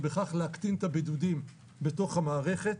ובכך להקטין את הבידודים בתוך המערכת.